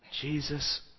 Jesus